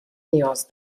نیاز